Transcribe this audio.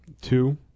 Two